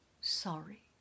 sorry